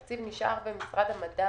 הוא נשאר במשרד המדע